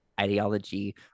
ideology